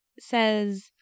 says